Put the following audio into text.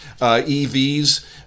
EVs